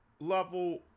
level